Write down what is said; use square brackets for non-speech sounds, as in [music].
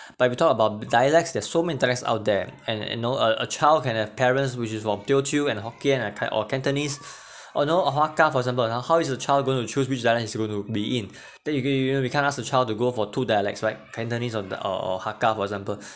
but if you talk about dialects there so many dialects out there and and know a a child can have parents' which is from teochew and hokkien and can~ or cantonese [breath] you know or hakka for example you know how is the child going to choose which dialect is he going to be in that you you you you can't ask the child to go for two dialects right cantonese on the or or hakka for example